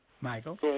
Michael